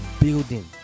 building